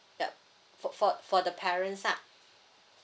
yup for~ for for the parent's side